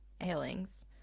ailings